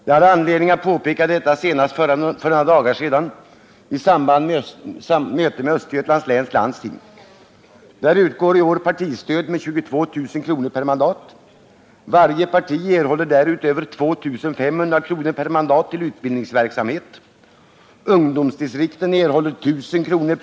Jag hade anledning att påpeka detta senast för några dagar sedan i samband med ett möte med Östergötlands läns landsting. Där utgår i år partistöd med 22 000 kr. per mandat. Varje parti erhåller därutöver 2 500 kr. per mandat till utbildningsverksamhet. Ungdomsdistrikten erhåller 1 000 kr.